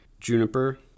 Juniper